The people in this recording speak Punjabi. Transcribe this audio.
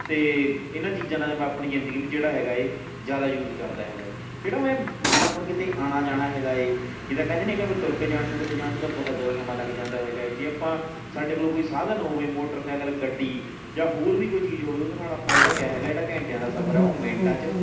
ਅਤੇ ਇਹਨਾਂ ਚੀਜ਼ਾਂ ਦਾ ਆਪਣੀ ਜਿੰਦਗੀ ਵਿੱਚ ਜਿਹੜਾ ਹੈਗਾ ਏ ਜ਼ਿਆਦਾ ਯੂਜ ਕਰਦਾ ਹੈਗਾ ਏ ਜਿਹੜਾ ਮੈਂ ਜਿੱਦਾਂ ਹੁਣ ਕਿਤੇ ਆਉਣਾ ਜਾਣਾ ਹੈਗਾ ਏ ਜਿੱਦਾਂ ਕਹਿੰਦੇ ਨਹੀਂ ਹੈਗੇ ਵੀ ਤੁਰ ਕੇ ਜਾਣ ਨੂੰ ਕਿਤੇ ਜਾਣ ਨੂੰ ਤਾਂ ਬਹੁਤ ਜ਼ਿਆਦਾ ਸਮਾਂ ਲੱਗ ਜਾਂਦਾ ਹੈਗਾ ਹੈ ਜੇ ਆਪਾਂ ਸਾਡੇ ਕੋਲ਼ ਕੋਈ ਸਾਧਨ ਹੋਵੇ ਮੋਟਰਸੈਕਲ ਗੱਡੀ ਜਾਂ ਹੋਰ ਵੀ ਕੋਈ ਚੀਜ਼ ਹੋਵੇ ਉਹ ਦੇ ਨਾਲ਼ ਆਪਾਂ ਜਿਹੜਾ ਕਿਆ ਹੈਗਾ ਜਿਹੜਾ ਘੰਟਿਆਂ ਦਾ ਸਫ਼ਰ ਹੈ ਓਹ ਮਿੰਟਾਂ 'ਚ